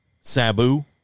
Sabu